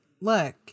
look